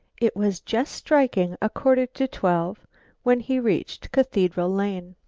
it was just striking a quarter to twelve when he reached cathedral lane.